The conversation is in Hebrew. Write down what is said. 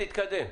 תתקדם.